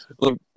look